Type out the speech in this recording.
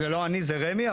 זה לא אני זה רמ"י.